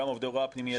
גם עובדי הוראה פנימייתם.